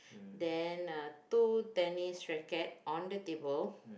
then uh two tennis racket on the table